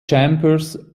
chambers